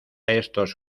estos